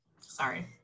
Sorry